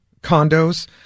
condos